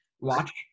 watch